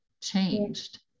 changed